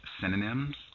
synonyms